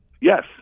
Yes